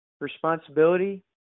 responsibility